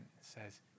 says